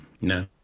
No